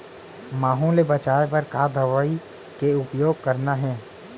माहो ले बचाओ बर का दवई के उपयोग करना हे?